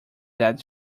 that